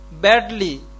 badly